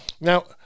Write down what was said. now